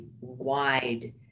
wide